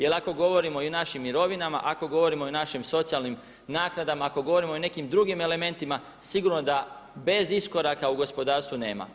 Jer ako govorimo i o našim mirovinama i ako govorimo o našim socijalnim naknadama i ako govorimo o nekim drugim elementima, sigurno da bez iskoraka u gospodarstvu nema.